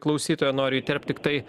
klausytoją noriu įterpt tiktai